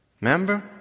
Remember